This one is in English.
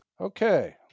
Okay